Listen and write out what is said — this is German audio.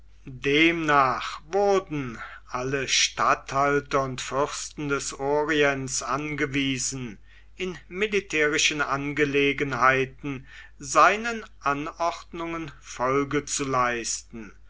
demnach wurde alle statthalter und fürsten des orients angewiesen in militärischen angelegenheiten seinen anordnungen folge zu leisten